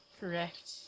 Correct